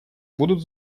будут